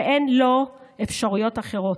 אין לו אפשרויות אחרות.